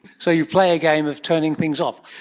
so you play a game of turning things off.